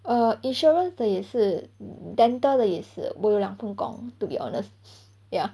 err insurance 的也是 dental 的也是我有两份工 to be honest ya